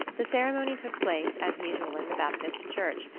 the ceremony took place, as usual, in the baptist church,